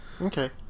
Okay